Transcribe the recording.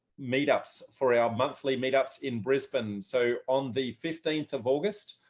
meetups for our monthly meetups in brisbane. so on the fifteenth of august,